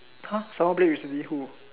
!huh! someone play with who